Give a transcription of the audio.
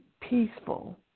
peaceful